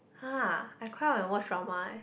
!huh! I cry when I watch drama eh